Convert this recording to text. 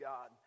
God